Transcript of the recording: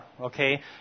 okay